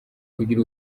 kugira